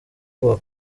kuwa